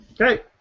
Okay